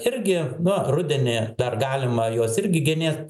irgi nu rudenį dar galima juos irgi ginėt